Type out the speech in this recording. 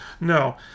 No